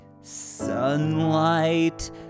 sunlight